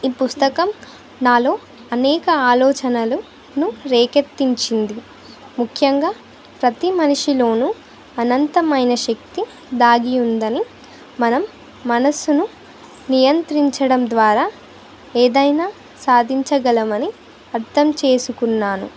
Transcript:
ఈ పుస్తకం నాలో అనేక ఆలోచనలును రేకెతించింది ముఖ్యంగా ప్రతి మనిషిలోనూ అనంతమైన శక్తి దాగి ఉందని మనం మనస్సును నియంత్రించడం ద్వారా ఏదైనా సాధించగలమని అర్థం చేసుకున్నాను